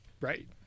right